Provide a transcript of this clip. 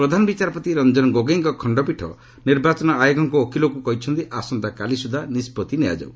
ପ୍ରଧାନ ବିଚାରପତି ରଞ୍ଜନ ଗୋଗୋଇଙ୍କ ଖଣ୍ଡପୀଠ ନିର୍ବାଚନ ଆୟୋଗଙ୍କ ଓକିଲଙ୍କୁ କହିଛନ୍ତି ଆସନ୍ତା କାଲି ସୁଦ୍ଧା ନିଷ୍ପଭି ନିଆଯାଉ